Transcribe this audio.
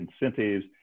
incentives